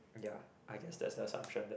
ya I guess that's the assumption that